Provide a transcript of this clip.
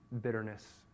bitterness